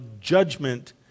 judgment